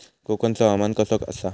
कोकनचो हवामान कसा आसा?